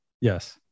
Yes